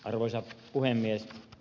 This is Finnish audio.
arvoisa puhemies